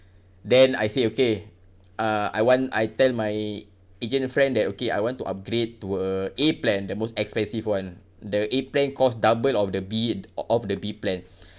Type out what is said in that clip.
then I said okay uh I want I tell my agent friend that okay I want to upgrade to a a plan the most expensive [one] the A plan cost double of the B of the B plan